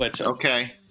Okay